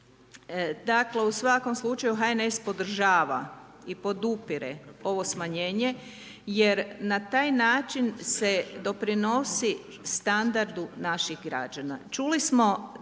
Tako u svakom slučaju HNS podržava i podupire ovo smanjenje, jer na taj način se doprinosi standardu naših građana. Čuli smo